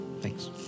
Thanks